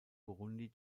burundi